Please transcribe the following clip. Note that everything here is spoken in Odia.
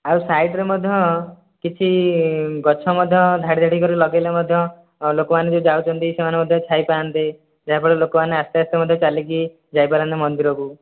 ଆଉ ସାଇଡ଼୍ରେ ମଧ୍ୟ କିଛି ଗଛ ମଧ୍ୟ ଧାଡ଼ି ଧାଡ଼ି କରି ଲଗାଇଲେ ମଧ୍ୟ ଲୋକମାନେ ଯେଉଁ ଯାଉଛନ୍ତି ସେମନେ ମଧ୍ୟ ଛାଇ ପାଆନ୍ତେ ଯାହା ଫଳରେ ଲୋକମାନେ ଆସ୍ତେ ଆସ୍ତେ ମଧ୍ୟ ଚାଲିକି ଯାଇପାରନ୍ତେ ମନ୍ଦିରକୁ